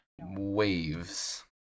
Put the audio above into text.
Waves